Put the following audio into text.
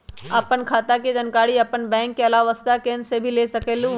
आपन खाता के जानकारी आपन बैंक के आलावा वसुधा केन्द्र से भी ले सकेलु?